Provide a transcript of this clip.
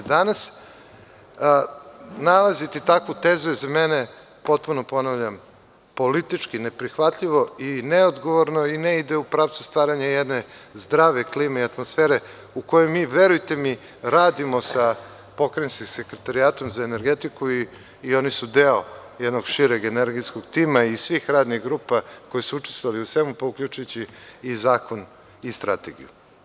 Danas nalaziti takvu tezu je za mene potpuno, ponavljam, politički neprihvatljivo i neodgovorno i ne ide u pravcu stvaranja jedne zdrave klime i atmosfere u kojoj mi, verujte mi, radimo sa pokrajinskim sekretarijatom za energetiku i oni su deo jednog šireg energetskog tima i svih radnih grupa koji su učestvovali u svemu, pa uključujući i zakon i strategiju.